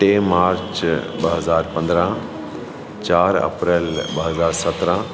टे मार्च ॿ हज़ार पंद्रहं चार अप्रैल ॿ हज़ार सतिरहं